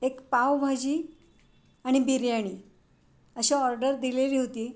एक पावभाजी आणि बिर्याणी अशी ऑर्डर दिलेली होती